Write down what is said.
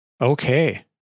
okay